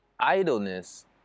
idleness